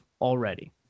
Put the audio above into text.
already